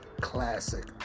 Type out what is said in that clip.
classic